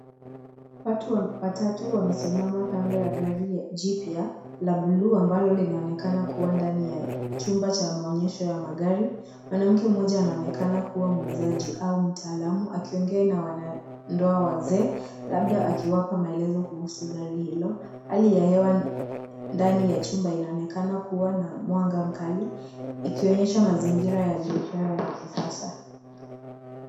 Watu watatu wamesimama kando ya gari jipa la buluu ambalo linaonekana kuwa ndani ya chumba cha maonyesho ya magari. Mwanamke mmoja anaonekana kuwa muuzaji au mtaalamu akiongea na wanandoa wazee labda akiwapaa maelezo kuhusu gari hilo. Hali ya hewa ndani ya chumba inaonekana kuwa na mwanga mkali ikionyesha mazingira ya biashara ya kisasa.